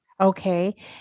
Okay